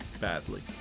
Badly